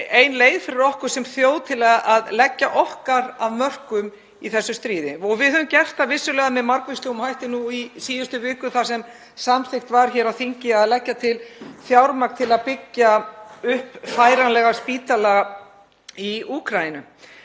ein leið fyrir okkur sem þjóð til að leggja okkar af mörkum í þessu stríði. Við höfum vissulega gert það með margvíslegum hætti, nú í síðustu viku var samþykkt hér á þingi að leggja til fjármagn til að byggja upp færanlega spítala í Úkraínu,